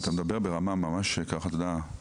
אתה מדבר ברמה ממש מרגיעה,